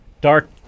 Dark